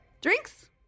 Drinks